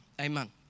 Amen